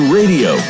radio